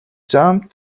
jump